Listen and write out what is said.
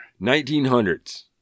1900s